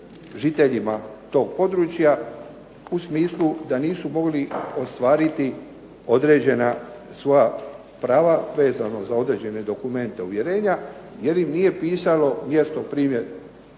poteškoće tog područja u smislu da nisu mogli ostvariti određena svoja prava vezano za određene dokumente i uvjerenja, jer im nije pisalo Islam